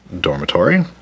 dormitory